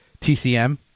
TCM